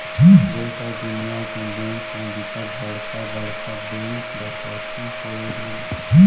देस अउ दुनिया के बेंक म बिकट बड़का बड़का बेंक डकैती होए हे